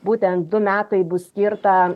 būtent du metai bus skirta